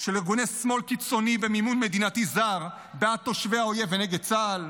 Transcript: של ארגוני שמאל קיצוני במימון מדינתי זר בעד תושבי האויב ונגד צה"ל.